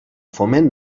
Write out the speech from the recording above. foment